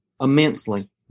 immensely